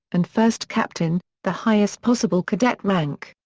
and first captain, the highest possible cadet rank.